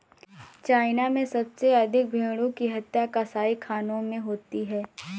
China में सबसे अधिक भेंड़ों की हत्या कसाईखानों में होती है